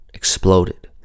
exploded